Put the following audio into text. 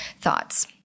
thoughts